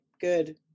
good